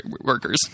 workers